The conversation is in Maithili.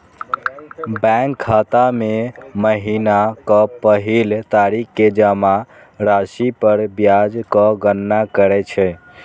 बैंक खाता मे महीनाक पहिल तारीख कें जमा राशि पर ब्याजक गणना करै छै